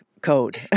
code